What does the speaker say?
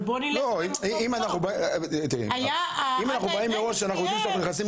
אם אנחנו יודעים מראש שאנחנו נכנסים